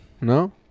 No